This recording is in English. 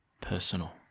personal